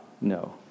no